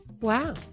wow